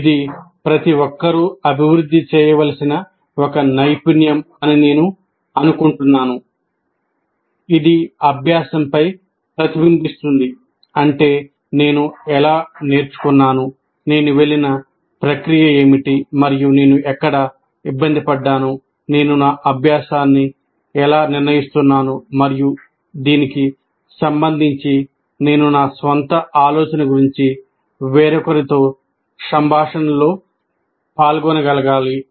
ఇది ప్రతి ఒక్కరూ అభివృద్ధి చేయవలసిన ఒక నైపుణ్యం అని నేను అనుకుంటున్నాను ఇది అభ్యాసంపై ప్రతిబింబిస్తుంది అంటే నేను ఎలా నేర్చుకున్నాను నేను వెళ్ళిన ప్రక్రియ ఏమిటి మరియు నేను ఎక్కడ ఇబ్బంది పడ్డాను నేను నా అభ్యాసాన్ని ఎలా నిర్ణయిస్తున్నాను మరియు దీనికి సంబంధించి నేను నా స్వంత ఆలోచన గురించి వేరొకరితో సంభాషణలో పాల్గొనగలగాలి